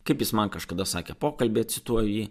kaip jis man kažkada sakė pokalbį cituoji